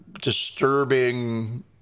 disturbing